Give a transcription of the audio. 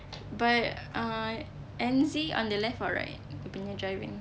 but uh N_Z on the left or right dia punya driving